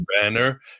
banner